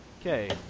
okay